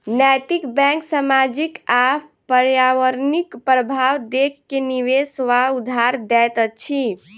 नैतिक बैंक सामाजिक आ पर्यावरणिक प्रभाव देख के निवेश वा उधार दैत अछि